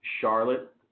Charlotte